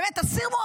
באמת, אתה אומר,